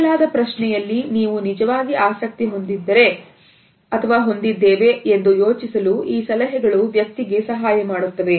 ಕೇಳಲಾದ ಪ್ರಶ್ನೆಯಲ್ಲಿ ನೀವು ನಿಜವಾಗಿ ಆಸಕ್ತಿ ಹೊಂದಿದ್ದೇವೆ ಎಂದು ಯೋಚಿಸಲು ಈ ಸಲಹೆಗಳು ವ್ಯಕ್ತಿಗೆ ಸಹಾಯ ಮಾಡುತ್ತವೆ